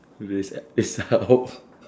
with its armpits out